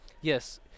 yes